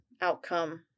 outcome